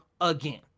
again